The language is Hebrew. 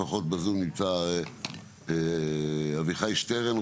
לפחות בזום נמצא אביחי שטרן,